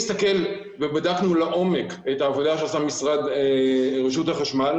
בדקנו לעומק את העובדה שעשתה רשות החשמל